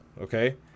okay